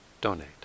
donate